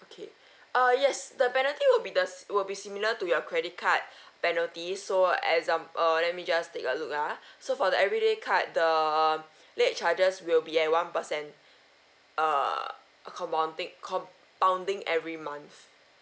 okay uh yes the penalty will be the s~ will be similar to your credit card penalties so examp~ uh let me just take a look ah so for the everyday card the late charges will be at one percent err compounding every month